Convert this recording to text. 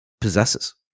possesses